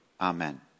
Amen